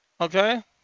Okay